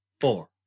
Four